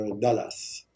Dallas